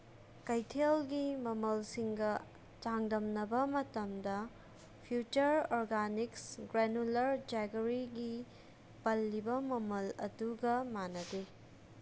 ꯀꯩꯊꯦꯜꯒꯤ ꯃꯃꯜꯁꯤꯡꯒ ꯆꯥꯡꯗꯝꯅꯕ ꯃꯇꯝꯗ ꯐ꯭ꯌꯨꯆꯔ ꯑꯣꯔꯒꯥꯅꯤꯛꯁ ꯒ꯭ꯔꯦꯅꯨꯂꯔ ꯖꯦꯒꯔꯤꯒꯤ ꯄꯜꯂꯤꯕ ꯃꯃꯜ ꯑꯗꯨꯒ ꯃꯥꯟꯅꯗꯦ